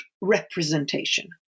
representation